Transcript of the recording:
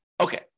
Okay